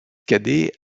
cadet